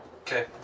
Okay